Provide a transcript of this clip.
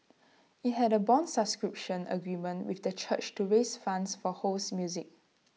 IT had A Bond subscription agreement with the church to raise funds for Ho's music